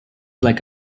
like